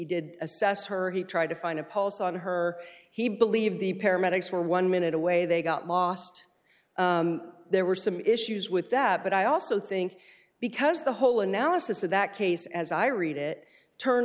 did assess her he tried to find a pulse on her he believed the paramedics were one minute away they got lost there were some issues with that but i also think because the whole analysis of that case as i read it turn